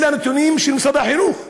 אלה נתונים של משרד החינוך,